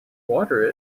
water